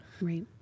Right